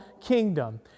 kingdom